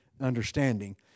understanding